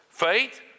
Faith